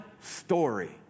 story